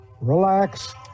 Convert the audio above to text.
relax